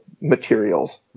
materials